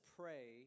pray